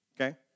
Okay